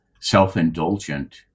self-indulgent